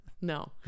No